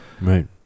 Right